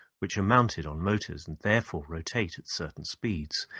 which are mounted on motors, and therefore rotate at certain speeds,